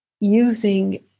using